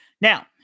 Now